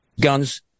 guns